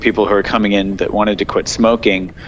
people who were coming in that wanted to quit smoking,